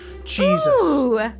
Jesus